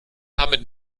haben